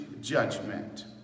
judgment